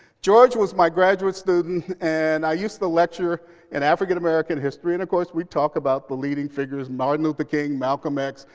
george was my graduate student. and i used to lecture in african-american history. and, of course, we'd talk about the leading figures martin luther king, malcolm x,